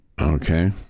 Okay